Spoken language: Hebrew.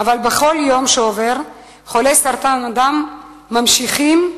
אבל בכל יום שעובר חולי סרטן הדם ממשיכים למות.